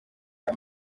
aya